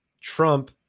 Trump